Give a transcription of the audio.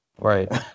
Right